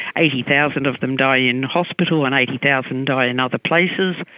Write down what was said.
eighty thousand of them die in hospital and eighty thousand die in other places.